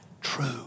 true